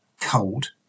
cold